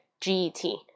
g-e-t